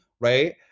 right